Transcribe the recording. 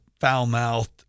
foul-mouthed